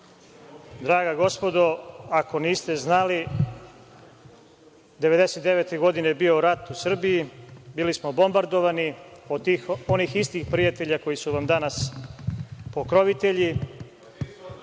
gospodo, ako niste znali, 1999. godine je bio rat u Srbiji, bili smo bombardovani od onih istih prijatelja koji su vam danas pokrovitelji.(Aleksandar